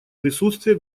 присутствие